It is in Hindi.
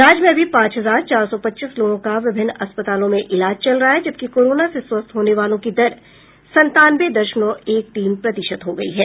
राज्य में अभी पांच हजार चार सौ पच्चीस लोगों का विभिन्न अस्पतालों में इलाज चल रहा है जबकि कोरोना से स्वस्थ होने वालों की दर संतानवे दशमलव एक तीन प्रतिशत हो गयी है